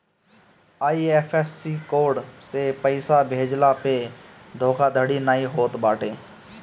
IFSC code से पइसा भेजला पअ धोखाधड़ी नाइ होत बाटे